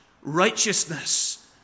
righteousness